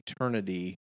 eternity